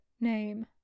name